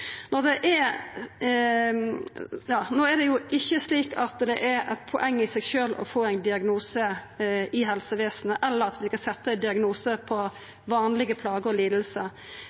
er det ikkje slik at det er eit poeng i seg sjølv å få ein diagnose i helsevesenet, eller at ein kan setja ein diagnose på vanlege plager og